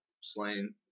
slain